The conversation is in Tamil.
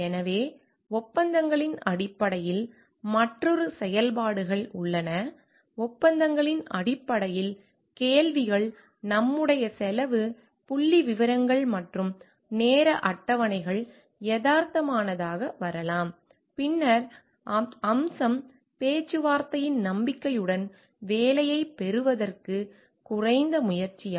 எனவே ஒப்பந்தங்களின் அடிப்படையில் மற்றொரு செயல்பாடுகள் உள்ளன ஒப்பந்தங்களின் அடிப்படையில் கேள்விகள் நம்முடைய செலவு புள்ளிவிவரங்கள் மற்றும் நேர அட்டவணைகள் யதார்த்தமானதாக வரலாம் பின்னர் அம்சம் பேச்சுவார்த்தையின் நம்பிக்கையுடன் வேலையைப் பெறுவதற்கு குறைந்த முயற்சியா